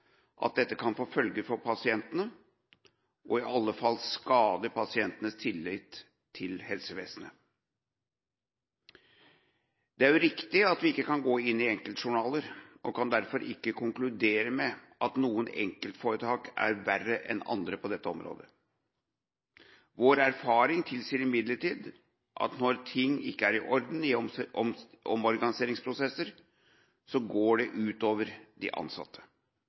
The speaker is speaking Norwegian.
at dette kan få følger for pasientene, og kan i alle fall skade pasientenes tillit til helsevesenet. Det er jo riktig at vi ikke kan gå inn i enkeltjournaler, og vi kan derfor ikke konkludere med at noen enkeltforetak er verre enn andre på dette området. Vår erfaring tilsier imidlertid at når ting ikke er i orden i omorganiseringsprosesser, går det ut over de ansatte.